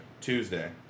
Tuesday